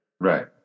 Right